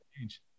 change